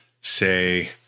say